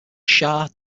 shah